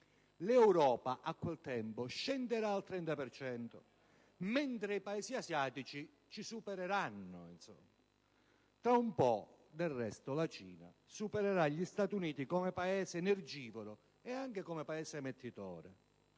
l'Europa a quel tempo scenderà al 30 per cento, mentre i Paesi asiatici ci supereranno. Tra un po', del resto, la Cina supererà gli Stati Uniti tra i Paesi energivori e anche emettitori.